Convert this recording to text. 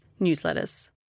newsletters